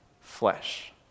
flesh